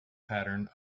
pattern